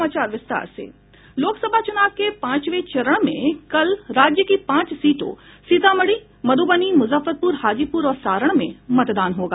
लोकसभा चूनाव के पांचवे चरण में कल राज्य की पांच सीटों सीतामढ़ी मध्रबनी मुजफ्फरपुर हाजीपुर और सारण में मतदान होगा